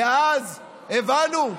ואז הבנו,